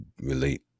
relate